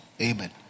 amen